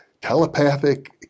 telepathic